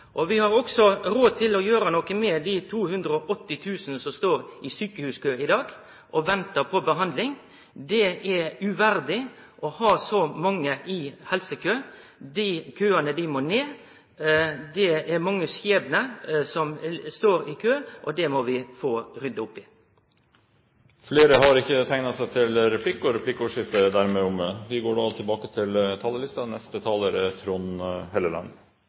på. Vi har også råd til å gjere noko med dei 280 000 som står i sjukehuskø i dag og ventar på behandling. Det er uverdig å ha så mange i helsekø. Desse køane må ned. Det er snakk om mange skjebnar, så det må vi få rydda opp i. Replikkordskiftet er omme. Høyre har foreslått en økonomisk ramme for kommunesektoren både i 2009, 2010 og